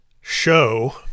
show